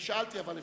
שאלתי, אבל אפשר.